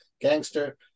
gangster